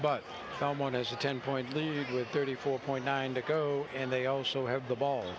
but someone has a ten point lead with thirty four point nine to go and they also have the ball